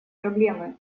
проблемы